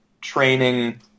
training